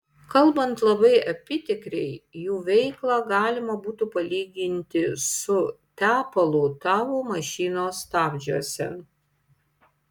kalbant labai apytikriai jų veiklą galima būtų palyginti su tepalu tavo mašinos stabdžiuose